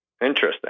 interesting